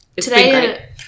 Today